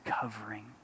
covering